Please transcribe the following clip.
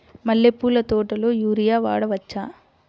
మల్లె పూల తోటలో యూరియా వాడవచ్చా?